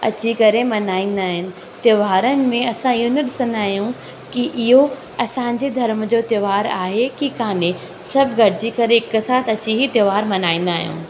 अची करे मल्हाईंदा आहिनि त्योहारनि में असां इहो न ॾिसंदा आहियूं की इहो असांजे धर्म जो त्योहारु आहे की कान्हे सभु गॾिजी करे हिकु साथ अची हीअ त्योहारु मल्हाईंदा आहियूं